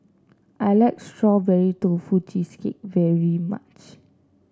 I like Strawberry Tofu Cheesecake very much